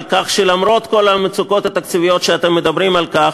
על כך שלמרות כל המצוקות התקציביות שאתם מדברים עליהן